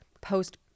post